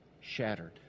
shattered